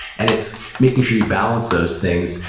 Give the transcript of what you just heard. and it's making sure you balance those things,